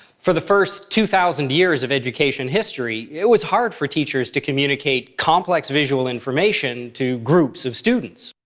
for the first two-thousand years of education history, it was hard for teachers to communicate complex visual information to groups of students.